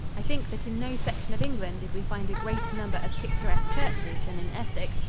i think that in no section of england did we find a greater number of picturesque churches than in essex,